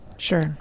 Sure